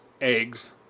eggs